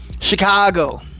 Chicago